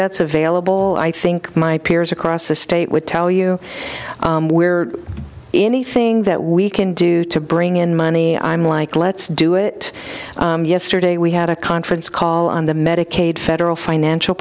that's available i think my peers across the state would tell you where anything that we can do to bring in money i'm like let's do it yesterday we had a conference call on the medicaid federal financial